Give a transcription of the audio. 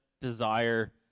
desire